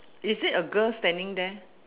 is it a girl standing there